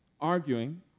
arguing